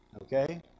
okay